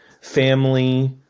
family